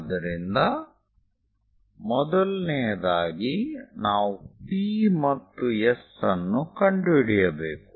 ಆದ್ದರಿಂದ ಮೊದಲನೆಯದಾಗಿ ನಾವು P ಮತ್ತು S ಅನ್ನು ಕಂಡುಹಿಡಿಯಬೇಕು